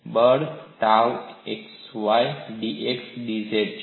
બળ tau x y dx dz છે